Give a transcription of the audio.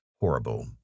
Horrible